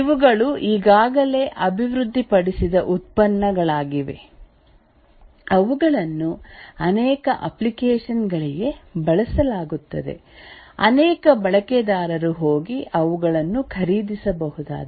ಇವುಗಳು ಈಗಾಗಲೇ ಅಭಿವೃದ್ಧಿಪಡಿಸಿದ ಉತ್ಪನ್ನಗಳಾಗಿವೆ ಅವುಗಳನ್ನು ಅನೇಕ ಅಪ್ಲಿಕೇಶನ್ ಗಳಿಗೆ ಬಳಸಲಾಗುತ್ತದೆ ಅನೇಕ ಬಳಕೆದಾರರು ಹೋಗಿ ಅವುಗಳನ್ನು ಖರೀದಿಸಬಹುದಾದ